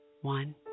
one